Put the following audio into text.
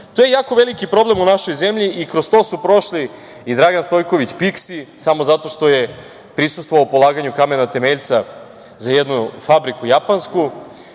To je jako veliki problem u našoj zemlji i kroz to su prošli i Dragan Stojković Piksi, samo zato što je prisustvovao polaganju kamena temeljca za jednu japansku